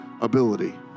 ability